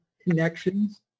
connections